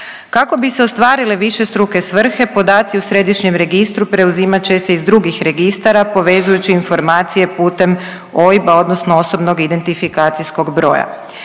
Kako bi se ostvarile višestruke svrhe podaci u središnjem registru preuzimat će se iz drugih registara povezujući informacije putem OIB-a odnosno osobnog identifikacijskog broja.